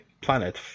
planet